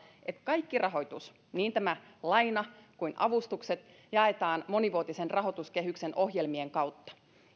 että kaikki rahoitus niin laina kuin avustukset jaetaan monivuotisen rahoituskehyksen ohjelmien kautta